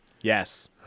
Yes